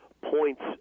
points